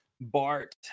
Bart